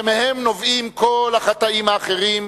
שמהם נובעים כל החטאים האחרים,